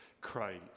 Christ